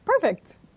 perfect